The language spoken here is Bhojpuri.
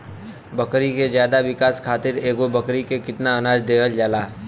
बकरी के ज्यादा विकास खातिर एगो बकरी पे कितना अनाज देहल जाला?